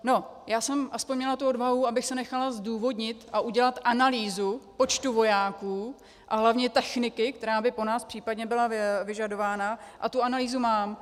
No, já jsem aspoň měla tu odvahu, abych si nechala zdůvodnit a udělat analýzu počtu vojáků a hlavně techniky, která by po nás případně byla vyžadována, a tu analýzu mám.